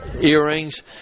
earrings